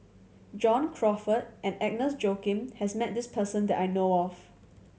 John Crawfurd and Agnes Joaquim has met this person that I know of